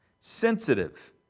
sensitive